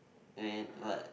and what